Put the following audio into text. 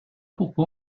pourquoi